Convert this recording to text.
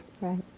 Right